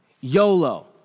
YOLO